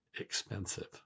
expensive